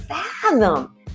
fathom